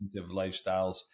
lifestyles